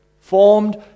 formed